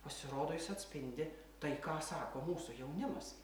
pasirodo jis atspindi tai ką sako mūsų jaunimas